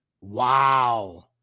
Wow